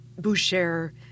Boucher